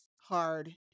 hard